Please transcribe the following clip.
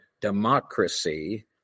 democracy